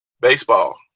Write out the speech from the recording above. Baseball